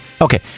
Okay